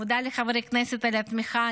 ומודה לחברי הכנסת על התמיכה.